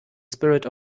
spirit